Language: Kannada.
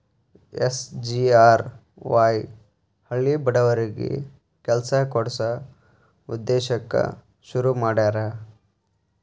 ಎಸ್.ಜಿ.ಆರ್.ವಾಯ್ ಹಳ್ಳಿ ಬಡವರಿಗಿ ಕೆಲ್ಸ ಕೊಡ್ಸ ಉದ್ದೇಶಕ್ಕ ಶುರು ಮಾಡ್ಯಾರ